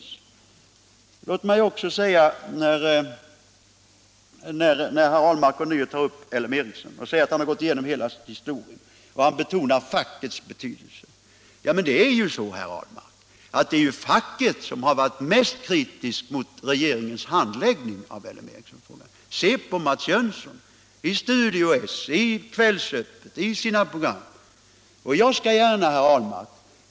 Herr Ahlmark tog ånyo upp frågan om LM Ericsson och sade att han har gått igenom hela historien och betonade fackets betydelse. Det är ju facket, herr Ahlmark, som har varit mest kritiskt mot regeringens handläggning av den här affären. Hör på Mats Jönsson i Studio S och i Kvällsöppet!